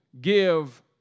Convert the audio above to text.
give